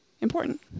important